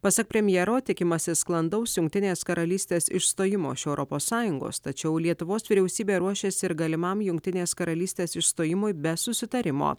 pasak premjero tikimasi sklandaus jungtinės karalystės išstojimo iš europos sąjungos tačiau lietuvos vyriausybė ruošiasi ir galimam jungtinės karalystės išstojimui be susitarimo